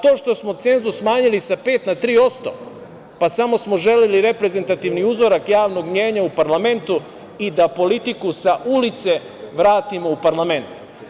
To što smo cenzus smanjili sa 5 na 3%, samo smo želeli reprezentativni uzorak javnog mnjenja u parlamentu i da politiku sa ulice vratimo u parlament.